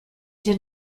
did